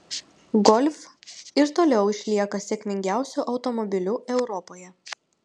golf ir toliau išlieka sėkmingiausiu automobiliu europoje